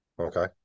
Okay